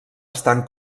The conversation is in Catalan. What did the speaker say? estan